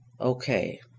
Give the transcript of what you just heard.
okay